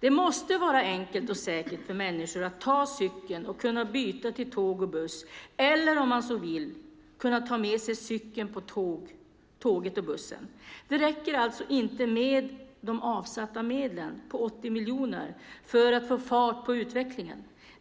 Det måste vara enkelt och säkert för människor att ta cykeln och kunna byta till tåg och buss eller att, om man så vill, kunna ta med sig cykeln på tåget eller bussen. Det räcker alltså inte med de avsatta medlen på 80 miljoner för att få fart på utvecklingen.